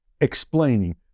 explaining